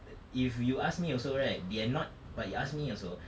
th~ if you ask me also right they are not but you ask me also